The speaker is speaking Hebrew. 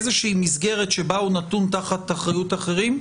איזושהי מסגרת שבה הוא נתון תחת אחריות אחרים,